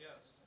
Yes